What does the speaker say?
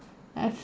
have